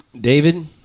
David